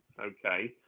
okay